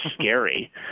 scary